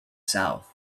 south